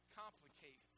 complicate